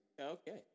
Okay